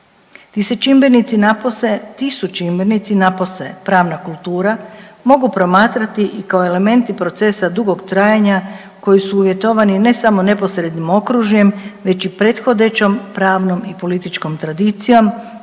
Ti se čimbenici napose, ti su čimbenici napose pravna kultura mogu promatrati i kao elementi procesa dugog trajanja koji su uvjetovani ne samo neposrednim okružjem već i prethodećom pravnom i političkom tradicijom